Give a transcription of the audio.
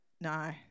No